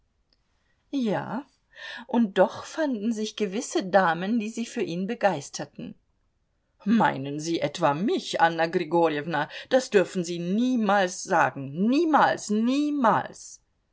ja und doch fanden sich gewisse damen die sich für ihn begeisterten meinen sie etwa mich anna grigorjewna das dürfen sie niemals sagen niemals niemals